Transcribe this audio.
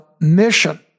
mission